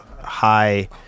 high